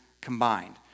combined